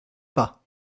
pas